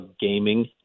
gaming